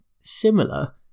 similar